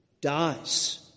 dies